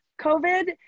COVID